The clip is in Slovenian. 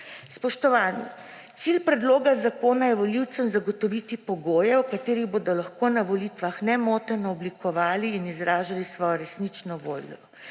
Spoštovani, cilj predloga zakona je volivcem zagotoviti pogoje, v katerih bodo lahko na volitvah nemoteno oblikovali in izražali svojo resnično voljo.